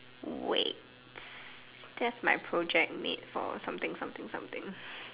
wait that's my project mate for something something something